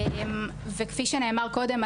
וכפי שנאמר קודם,